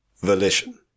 Volition